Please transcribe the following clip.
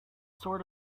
sort